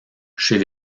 chez